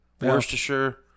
Worcestershire